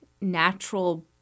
natural